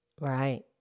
Right